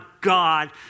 God